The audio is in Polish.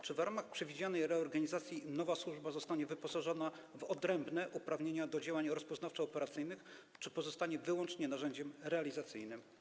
Czy w ramach przewidzianej reorganizacji nowa służba zostanie wyposażona w odrębne uprawnienia do prowadzenia działań rozpoznawczo-operacyjnych, czy pozostanie wyłącznie narzędziem realizacyjnym?